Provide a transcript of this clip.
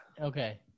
Okay